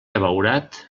abeurat